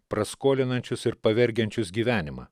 praskolinančius ir pavergiančius gyvenimą